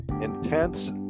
intense